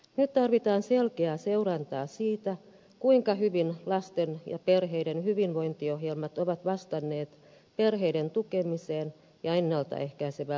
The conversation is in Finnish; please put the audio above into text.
nyt tarvitaan selkeää seurantaa siitä kuinka hyvin lasten ja perheiden hyvinvointiohjelmat ovat vastanneet perheiden tukemiseen ja ennaltaehkäisevään lastensuojelutyöhön